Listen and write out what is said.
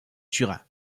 turin